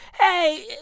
hey